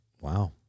Wow